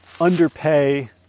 underpay